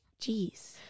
Jeez